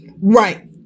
Right